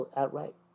outright